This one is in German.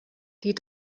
die